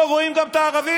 לא רואים גם את הערבים.